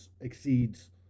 exceeds –